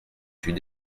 suis